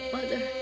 Mother